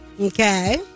Okay